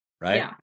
Right